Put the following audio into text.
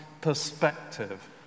perspective